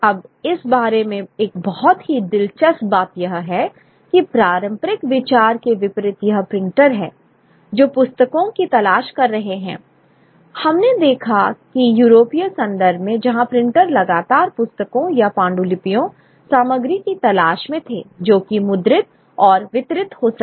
अब इस बारे में एक बहुत ही दिलचस्प बात यह है कि पारंपरिक विचार के विपरीत यह प्रिंटर है जो पुस्तकों की तलाश कर रहे थे हमने देखा कि यूरोपीय संदर्भ में जहां प्रिंटर लगातार पुस्तकों या पांडुलिपियों सामग्री की तलाश में थे जोकि मुद्रित और वितरित हो सके